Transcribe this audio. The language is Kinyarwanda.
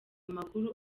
amakuru